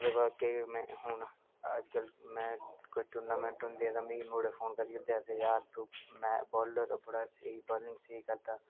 ते ओह्दे बाद भी में हून अजकल में कट्टू ना में उं'दे ते मिगी मुड़े फोन करियै आखदे कि यार तूं में बा'लर बड़ा स्हेई बालिंग स्हेई करदा